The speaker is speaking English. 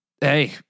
hey